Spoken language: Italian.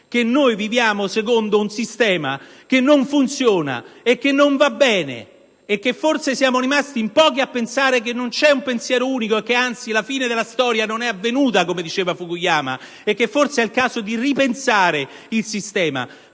che noi viviamo secondo un sistema che non funziona, che non va bene; che - forse siamo rimasti in pochi a pensarlo - non esiste il pensiero unico; che la fine della storia non è avvenuta, come diceva Fukuyama; che forse è il caso di ripensare il sistema,